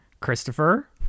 Christopher